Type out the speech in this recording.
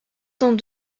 dans